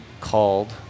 called